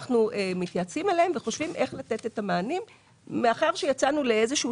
אנחנו מתייעצים לגביהן וחושבים איך לתת את המענים מאחר שיצאנו לאיזשהו